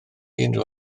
unrhyw